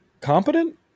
competent